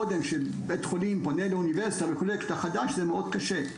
כשבית חולים פונה לאוניברסיטה וקולט חדש זה מאוד קשה.